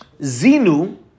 Zinu